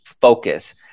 focus